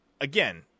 again